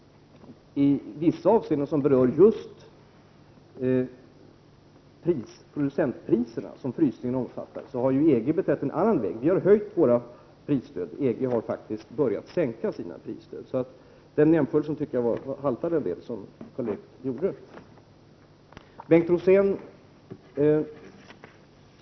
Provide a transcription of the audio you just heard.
I de avseenden som berör just det som frysningen omfattar, nämligen producentpriserna, har EG valt en annan väg. Vi har höjt våra prisstöd medan EG faktiskt har börjat sänka sina prisstöd. Jag anser därför att Karl Erik Olssons jämförelse haltar något.